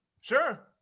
Sure